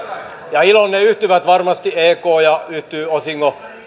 ja iloonne yhtyvät varmasti ek ja yhtyvät